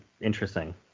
interesting